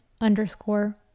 underscore